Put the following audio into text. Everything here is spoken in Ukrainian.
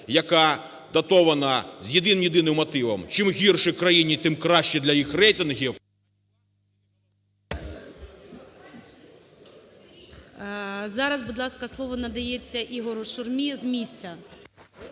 яка датована з єдиним мотивом "чим гірше країні – тим краще для їх рейтингів… ГОЛОВУЮЧИЙ. Зараз, будь ласка, слово надається Ігорю Шурмі з місця.